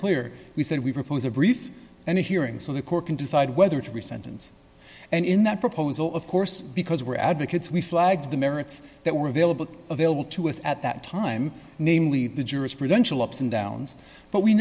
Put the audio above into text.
clear we said we propose a brief and hearing so the court can decide whether to be sentence and in that proposal of course because we're advocates we flagged the merits that were available available to us at that time namely the jurisprudential ups and downs but we